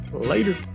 Later